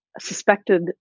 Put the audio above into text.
suspected